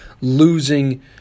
losing